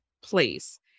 place